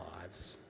lives